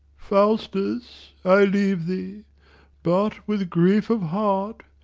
faustus, i leave thee but with grief of heart,